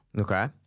okay